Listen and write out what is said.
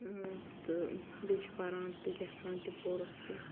اۭں تہٕ بیٚیہِ چھِ پران تہٕ لٮ۪کھان تہِ پورُکھ تہِ